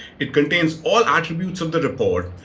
it contains all attributes of the report,